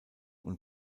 und